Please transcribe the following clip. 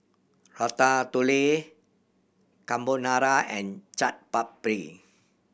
Ratatouille Carbonara and Chaat Papri